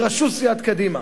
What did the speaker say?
בראשות סיעת קדימה,